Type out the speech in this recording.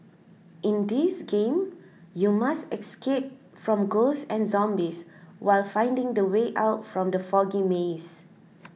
in this game you must escape from ghosts and zombies while finding the way out from the foggy maze